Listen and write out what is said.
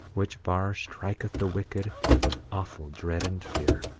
which bar striketh the wicked with awful dread and fear.